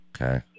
Okay